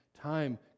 time